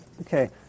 Okay